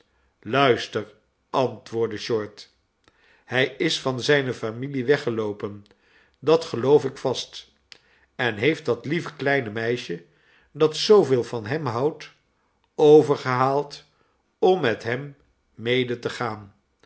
luister antwoordde short hij is van zijne familie weggeloopen dat geloof ik vast en heeft dat lieve kleine meisje dat zooyeel van hem houdt overgehaald om met hem mede te gaan